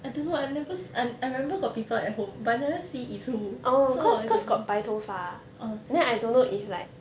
I don't know I never I I remember got people at home but I never see is who so I don't know orh